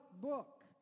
book